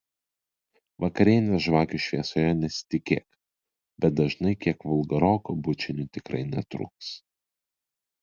vakarienės žvakių šviesoje nesitikėk bet dažnai kiek vulgarokų bučinių tikrai netrūks